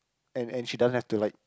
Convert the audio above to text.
and and she doesn't have to like